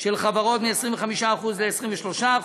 של חברות מ-25% ל-23%.